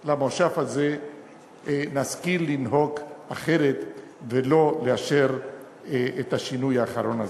של המושב הזה נשכיל לנהוג אחרת ולא נאשר את השינוי האחרון הזה.